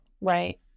Right